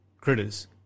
critters